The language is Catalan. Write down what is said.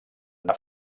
una